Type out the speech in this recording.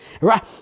Right